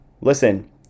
Listen